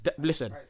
listen